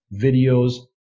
videos